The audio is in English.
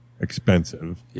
expensive